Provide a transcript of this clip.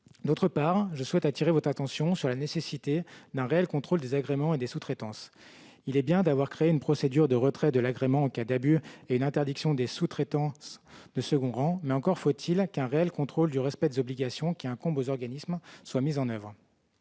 D'autre part, je souhaite attirer votre attention sur la nécessité d'un réel contrôle des agréments et des sous-traitances. Il est bien d'avoir créé une procédure de retrait de l'agrément en cas d'abus et une interdiction des sous-traitances de second rang, mais encore faut-il qu'un réel contrôle du respect des obligations incombant aux organismes soit mis en oeuvre.